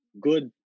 good